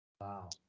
Wow